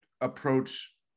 approach